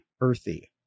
earthy